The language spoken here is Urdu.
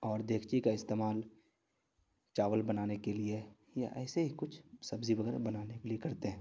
اور دیگچی کا استعمال چاول بنانے کے لیے یا ایسے ہی کچھ سبزی وغیرہ بنانے کے لیے کرتے ہیں